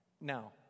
now